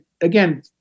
again